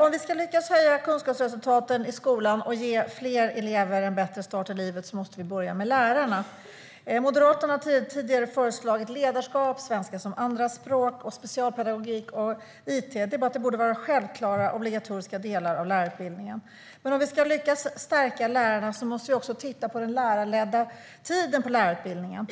Om vi ska lyckas höja kunskapsresultaten i skolan och ge fler elever en bättre start i livet måste vi börja med lärarna. Moderaterna har tidigare föreslagit att ledarskap, svenska som andraspråk, specialpedagogik och it borde vara självklara och obligatoriska delar av lärarutbildningen. Men om vi ska lyckas stärka lärarna måste vi också titta på den lärarledda tiden på lärarutbildningen.